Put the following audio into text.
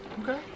Okay